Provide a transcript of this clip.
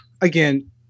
again